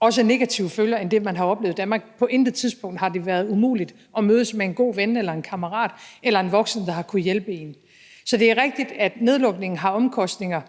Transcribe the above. også negative følger end det, som man har oplevet i Danmark, for på intet tidspunkt har det været umuligt at mødes med en god ven eller en kammerat eller en voksen, der har kunnet hjælpe en. Så det er rigtigt, at nedlukningen har omkostninger,